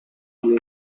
piedi